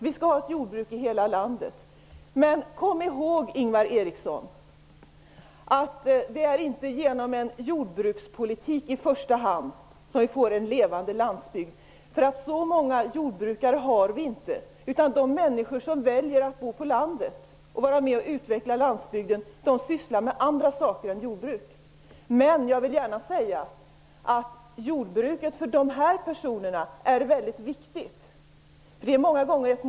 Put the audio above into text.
Det skall vara ett jordbruk i hela landet. Men kom ihåg, Ingvar Eriksson, att det inte i första hand är genom en jordbrukspolitik som vi får en levande landsbygd. Så många jordbrukare har vi inte. De människor som väljer att bo på landet och som väljer att vara med och utveckla landsbygden sysslar med annat än jordbruk. Men jag vill gärna säga att jordbruket är väldigt viktigt för dessa personer.